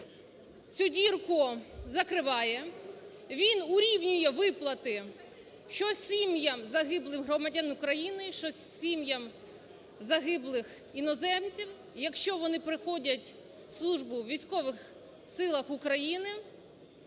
цю дірку закриває, він урівнює виплати що сім'ям загиблим громадянам України, що сім'ям загиблих іноземців, якщо вони проходять службу у військових силах України